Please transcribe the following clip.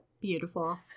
Beautiful